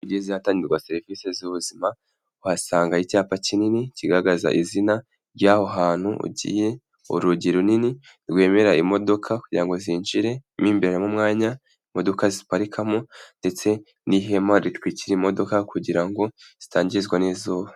Iyo ugeze ahatangirwa serivise z'ubuzima, uhasanga icyapa kinini kigaragaza izina ry'aho hantu ugiye, urugi runini rwemera imodoka kugirango ngo zinjire, mo imbere harimo umwanya imodoka ziparikamo ndetse n'ihema ritwikira imodoka kugira ngo zitangizwa n'izuba.